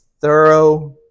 thorough